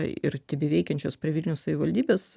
ir tebeveikiančios prie vilniaus savivaldybės